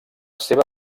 seva